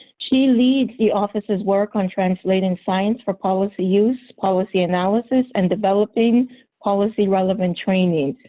she leads the office's work on translating science for policy use, policy analysis and developing policy relevant training.